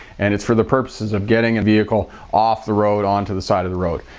and it's for the purposes of getting a vehicle off the road onto the side of the road.